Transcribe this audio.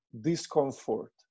discomfort